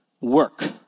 Work